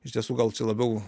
iš tiesų gal čia labiau